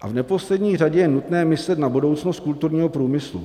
A v neposlední řadě je nutné myslet na budoucnost kulturního průmyslu.